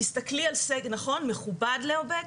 מכובד נכון?